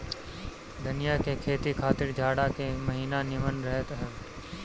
धनिया के खेती खातिर जाड़ा के महिना निमन रहत हअ